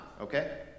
okay